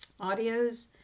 audios